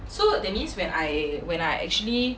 so that means when I when I actually